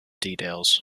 details